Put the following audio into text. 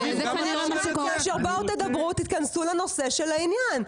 בואו תתכנסו לנושא של העניין,